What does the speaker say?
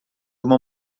uma